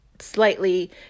slightly